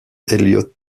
eliot